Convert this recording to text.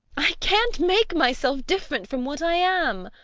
i can't make myself different from what i am.